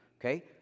okay